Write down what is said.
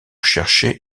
cherché